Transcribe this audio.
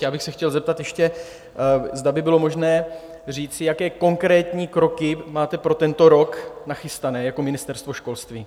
Já bych se chtěl zeptat ještě, zda by bylo možné říci, jaké konkrétní kroky máte pro tento rok nachystané jako Ministerstvo školství.